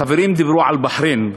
החברים דיברו על בחריין,